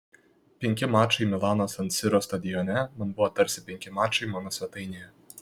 penki mačai milano san siro stadione man buvo tarsi penki mačai mano svetainėje